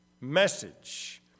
message